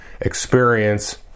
experience